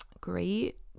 great